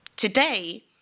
Today